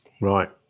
Right